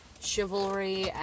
chivalry